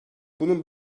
bunun